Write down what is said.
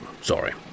Sorry